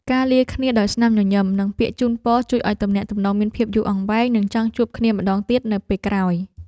ការលាគ្នាដោយស្នាមញញឹមនិងពាក្យជូនពរជួយឱ្យទំនាក់ទំនងមានភាពយូរអង្វែងនិងចង់ជួបគ្នាម្ដងទៀតនៅពេលក្រោយ។